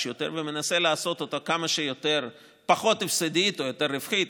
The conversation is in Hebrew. יותר ומנסה לעשות אותה כמה שפחות הפסדית או יותר רווחית,